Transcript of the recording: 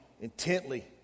intently